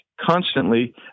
constantly